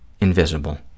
invisible